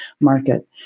market